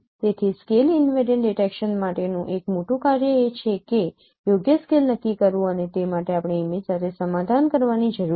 તેથી scale invariant detection માટેનું એક મોટું કાર્ય એ છે કે યોગ્ય સ્કેલ નક્કી કરવું અને તે માટે આપણે ઇમેજ સાથે સમાધાન કરવાની જરૂર છે